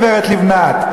גברת לבנת.